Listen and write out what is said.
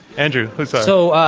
andrew huszar. so,